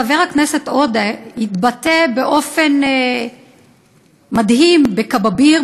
חבר הכנסת עודה התבטא באופן מדהים בכבאביר,